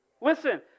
Listen